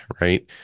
right